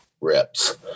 reps